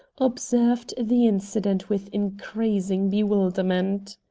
observed the incident with increasing bewilderment.